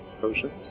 Potion